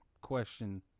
question